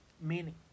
Meaning